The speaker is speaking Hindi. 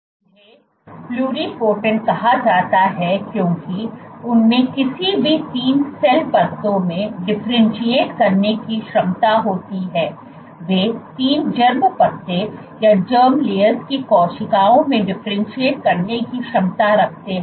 उन्हें प्लुरिपोटेंट कहा जाता है क्योंकि उनमें किसी भी ३ सेल परतों में डिफरेंटशिएट करने की क्षमता होती है वे 3 जर्म परतों की कोशिकाओं में डिफरेंटशिएट करने की क्षमता रखते हैं